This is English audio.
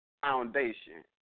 foundation